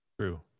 True